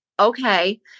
okay